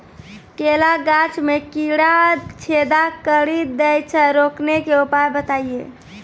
केला गाछ मे कीड़ा छेदा कड़ी दे छ रोकने के उपाय बताइए?